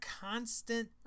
constant